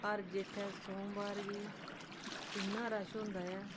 हर जेठै सोमवार गी इ'न्ना रश होंदा ऐ